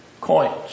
coins